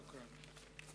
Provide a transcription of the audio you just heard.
שוכראן.